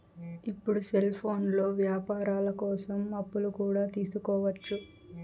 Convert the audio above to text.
ఇప్పుడు సెల్ఫోన్లో వ్యాపారాల కోసం అప్పులు కూడా తీసుకోవచ్చు